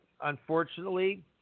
unfortunately